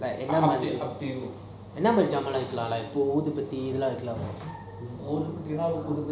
என்ன மாறி ஜமன்லாம் விக்கலாம் பூ ஊதுபதிலம் வைக்கலாமா:enna maari jamanlam vikkalam poo uuthupathilam vikkalama